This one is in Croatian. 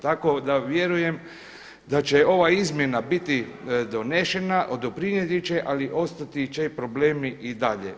Tako da vjerujem da će ova izmjena biti donešena, doprinijeti će ali ostati će problemi i dalje.